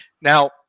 now